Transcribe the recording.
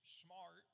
smart